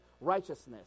righteousness